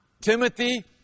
Timothy